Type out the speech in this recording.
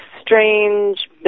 strange